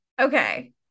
Okay